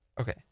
Okay